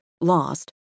lost